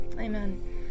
Amen